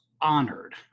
honored